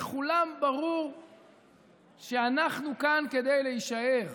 שלכולם ברור שאנחנו כאן כדי להישאר,